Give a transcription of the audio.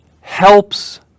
helps